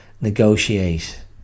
negotiate